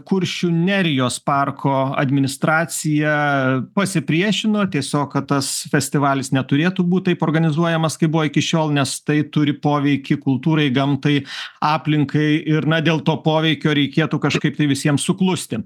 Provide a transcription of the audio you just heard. kuršių nerijos parko administracija pasipriešino tiesiog kad tas festivalis neturėtų būt taip organizuojamas kaip buvo iki šiol nes tai turi poveikį kultūrai gamtai aplinkai ir na dėl to poveikio reikėtų kažkaip tai visiem suklusti